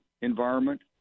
environment